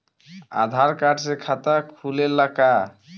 आधार card से खाता खुले ला का?